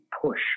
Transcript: push